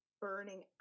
burning